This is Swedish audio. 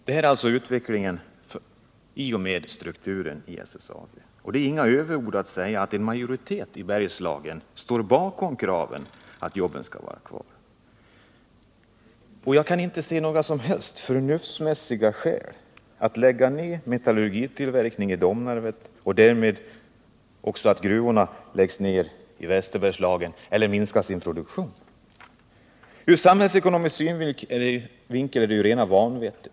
Det här blir alltså den utveckling som följer av strukturförändringen vid SSAB, och det är inte överord att säga att en majoritet i Bergslagen står bakom kravet att jobben skall vara kvar. Jag kan inte se några som helst förnuftsmässiga skäl att lägga ned metallurgitillverkningen i Domnarvet och därmed orsaka att gruvorna måste läggas ned i Västerbergslagen eller få sin produktion minskad. Ur samhällsekonomisk synvinkel är det ju rena vanvettet.